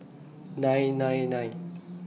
nine nine nine